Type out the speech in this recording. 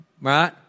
right